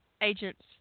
agents